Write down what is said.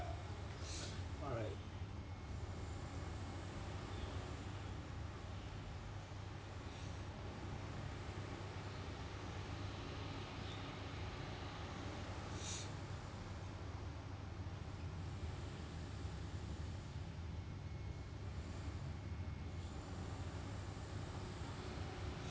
alright